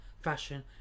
fashion